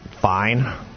fine